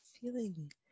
Feeling